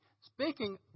speaking